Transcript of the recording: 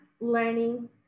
learning